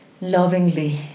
lovingly